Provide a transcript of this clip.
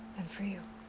and for you.